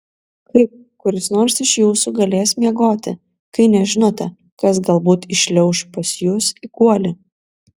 kaip kuris nors iš jūsų galės miegoti kai nežinote kas galbūt įšliauš pas jus į guolį